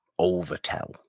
overtell